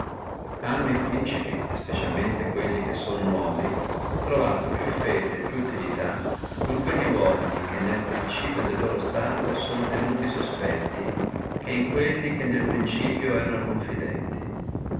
e principi et praesertim quelli che sono nuovi trovato più fede e più utilità in quelli uomini che nel principio del loro stato sono suti tenuti sospetti che in quelli che nel principio erano confidenti